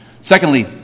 Secondly